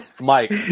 Mike